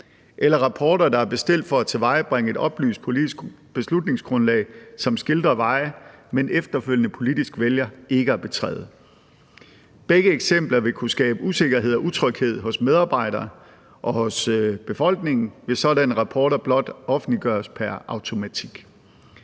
eller rapporter, der er bestilt for at tilvejebringe et oplyst politisk beslutningsgrundlag, som skildrer veje, man efterfølgende politisk vælger ikke at betræde. Begge eksempler vil kunne skabe usikkerhed og utryghed hos medarbejdere og i befolkningen, hvis sådanne rapporter blot offentliggøres pr. automatik.